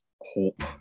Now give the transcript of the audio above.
hope